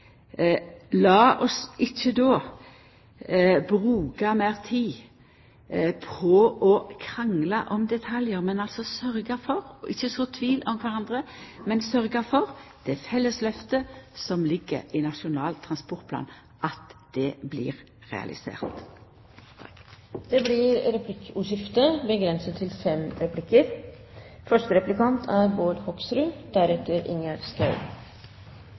oss då ikkje bruka meir tid på å krangla om detaljar, men heller sørgja for ikkje å så tvil om kvarandre, og sørgja for at det felles lyftet som ligg i Nasjonal transportplan, blir realisert. Det blir replikkordskifte. Statsråden sa at denne regjeringen overoppfyller Nasjonal transportplan når det gjelder jernbane. Det er